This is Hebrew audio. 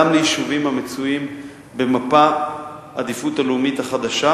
גם ליישובים המצויים במפת העדיפות הלאומית החדשה